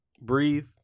breathe